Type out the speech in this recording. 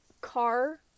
car